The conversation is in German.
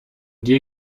dir